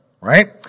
right